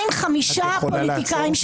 מה עם חמישה פוליטיקאים -- את יכולה לעצור?